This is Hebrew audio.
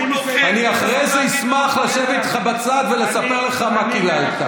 אני אחרי זה אשמח לשבת איתך בצד ולספר לך מה קיללת,